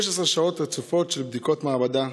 16 שעות רצופות של בדיקות מעבדה.